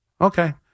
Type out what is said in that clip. Okay